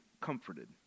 comforted